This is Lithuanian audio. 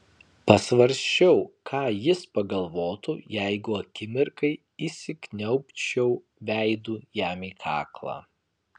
pasvarsčiau ką jis pagalvotų jeigu akimirkai įsikniaubčiau veidu jam į kaklą